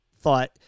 thought